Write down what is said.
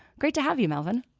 great to have you, melvin.